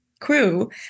crew